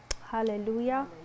Hallelujah